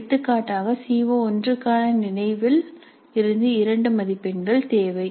எடுத்துக்காட்டாக C O 1 க்கான நினைவில் இருந்து 2 மதிப்பெண்கள் தேவை